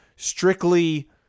strictly